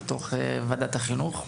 בתוך וועדת החינוך.